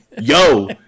Yo